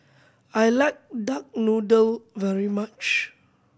I like duck noodle very much